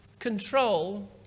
control